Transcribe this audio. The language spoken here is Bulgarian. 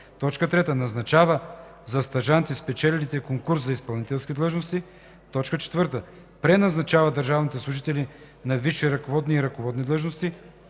3. назначава за стажанти спечелилите конкурс за изпълнителски длъжности; 4. преназначава държавните служители на висши ръководни и ръководни длъжности;